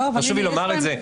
חשוב לי לומר את זה.